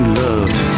loved